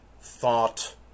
thought